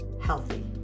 healthy